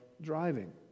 driving